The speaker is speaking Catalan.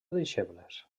deixebles